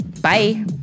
Bye